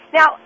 Now